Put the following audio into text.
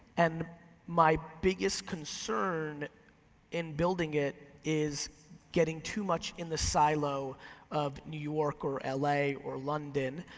and my biggest concern in building it is getting to much in the silo of new york or ah la or london,